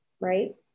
right